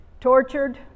tortured